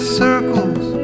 circles